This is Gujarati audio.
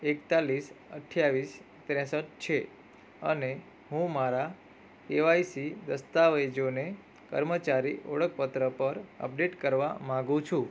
એકતાલીસ અઠ્યાવીસ ત્રેસઠ છે અને હું મારા કેવાયસી દસ્તાવેજોને કર્મચારી ઓળખપત્ર પર અપડેટ કરવા માંગુ છું